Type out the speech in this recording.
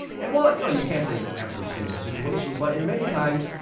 and while, you know, you can't say in every single situation, but in many times,